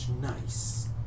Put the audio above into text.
Nice